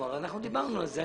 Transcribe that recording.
אנחנו דיברנו על זה.